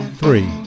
three